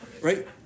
right